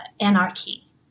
anarchy